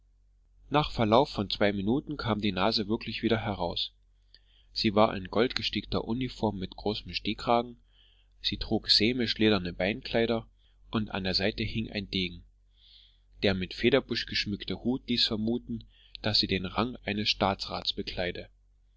nach verlauf von zwei minuten kam die nase wirklich wieder heraus sie war in goldgestickter uniform mit großem stehkragen sie trug sämischlederne beinkleider und an der seite hing ein degen der mit federbusch geschmückte hut ließ vermuten daß sie den rang eines staatsrats bekleide